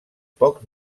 pocs